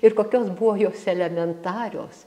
ir kokios buvo jos elementarios